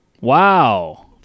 Wow